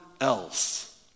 else